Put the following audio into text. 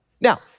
Now